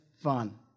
fun